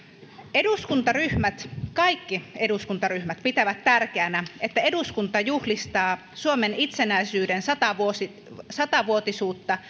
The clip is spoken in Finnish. eduskuntaryhmät kaikki eduskuntaryhmät pitävät tärkeänä että eduskunta juhlistaa suomen itsenäisyyden satavuotisuutta satavuotisuutta